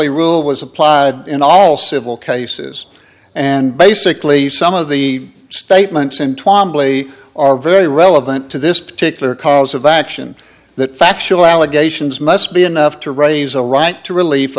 twamley rule was applied in all civil cases and basically some of the statements in twamley are very relevant to this particular cause of action that factual allegations must be enough to raise a right to relief